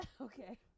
Okay